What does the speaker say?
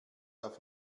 auf